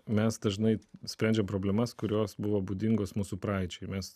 mes dažnai sprendžia problemas kurios buvo būdingos mūsų praeičiai mes